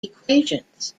equations